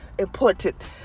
important